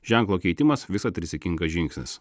ženklo keitimas visad rizikingas žingsnis